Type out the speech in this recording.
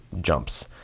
jumps